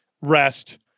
rest